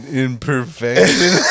imperfection